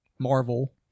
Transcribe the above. Marvel